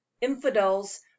infidels